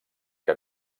que